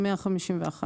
מ-151,000.